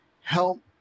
help